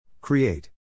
Create